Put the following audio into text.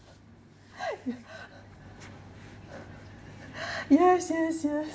yes yes yes